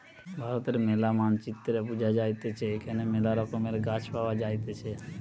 ভারতের ম্যালা মানচিত্রে বুঝা যাইতেছে এখানে মেলা রকমের গাছ পাওয়া যাইতেছে